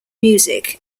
music